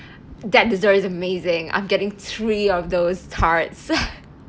that desserts amazing I'm getting three of those tarts